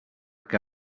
que